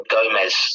Gomez